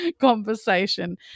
conversation